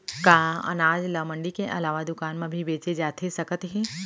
का अनाज ल मंडी के अलावा दुकान म भी बेचे जाथे सकत हे?